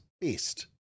best